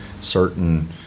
certain